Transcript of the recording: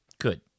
good